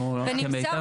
אני אתייחס.